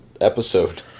episode